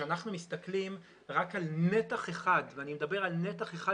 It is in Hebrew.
כשאנחנו מסתכלים רק על נתח אחד ואני מדבר על נתח אחד